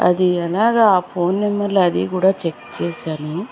అది ఎలాగా ఆ ఫోన్ నెంబర్లు అది కూడా చెక్ చేశాను